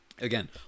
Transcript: Again